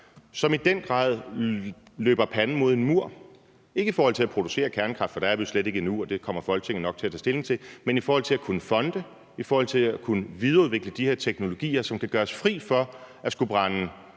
man i den grad panden mod en mur, ikke i forhold til at producere kernekraft, for der er vi jo slet ikke endnu, og det kommer Folketinget nok til at tage stilling til, men i forhold til at kunne fonde, i forhold til at kunne videreudvikle de her teknologier, som kan gøre os fri for at skulle brænde